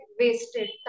wasted